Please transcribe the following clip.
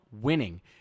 winning